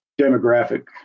demographic